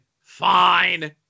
fine